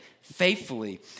faithfully